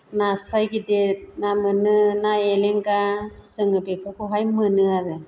नास्राय गिदिर ना मोनो ना एलेंगा जोङो बेफोरखौहाय मोनो आरो